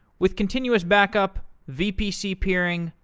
with continuous back-up, vpc peering,